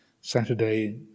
Saturday